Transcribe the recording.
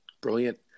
Brilliant